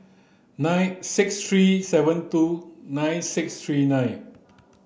six three seven two nine six three nine